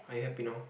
I happy now